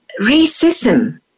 racism